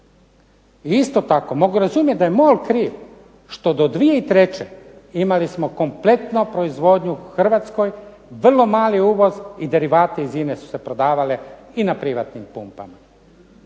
I isto tako mogu razumjet da je MOL kriv što do 2003. imali smo kompletno proizvodnju u Hrvatskoj, vrlo mali uvoz i derivati iz INA-e su se prodavali i na privatnim pumpama.